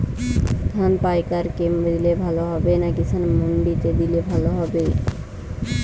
ধান পাইকার কে দিলে ভালো হবে না কিষান মন্ডিতে দিলে ভালো হবে?